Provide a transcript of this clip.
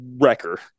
wrecker